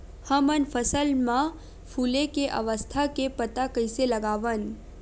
हमन फसल मा फुले के अवस्था के पता कइसे लगावन?